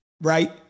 right